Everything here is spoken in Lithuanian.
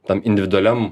tam individualiam